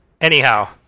Anyhow